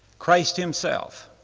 christ himself,